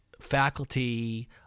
faculty